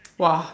!wah!